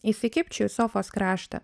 įsikibčiau į sofos kraštą